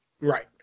Right